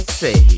say